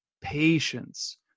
Patience